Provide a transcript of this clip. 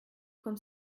comme